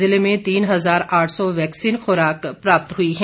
जिले में तीन हजार आठ सौ वैक्सीन खुराक प्राप्त हुई है